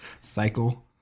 Cycle